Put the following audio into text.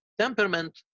Temperament